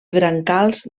brancals